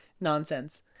nonsense